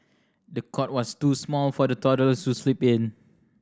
the cot was too small for the toddler to sleep in